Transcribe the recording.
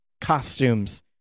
costumes